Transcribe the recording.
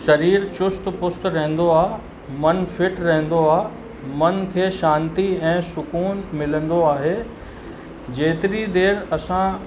शरीरु चुस्त फुस्त रहंदो आहे मनु फिट रहंदो आहे मन खे शांती ऐं सुकूनु मिलंदो आहे जेतिरी देरि असां